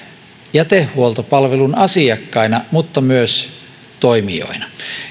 jätehuoltopalvelun asiakkaina mutta myös